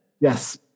Yes